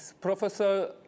Professor